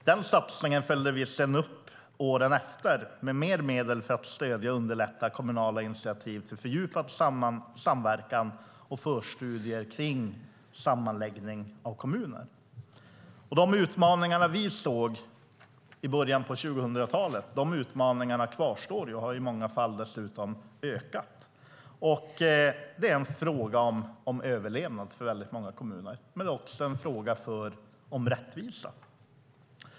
Den satsningen följde vi upp de kommande åren med mer medel för att stödja och underlätta kommunala initiativ för fördjupad samverkan och förstudier om sammanläggning av kommuner. De utmaningar vi såg i början av 2000-talet kvarstår och har dessutom ökat i många fall. Det är en fråga om överlevnad för väldigt många kommuner, men det är också en fråga om rättvisa.